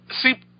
see